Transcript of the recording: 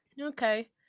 Okay